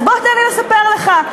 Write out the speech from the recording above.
אז בוא, תן לי לספר לך.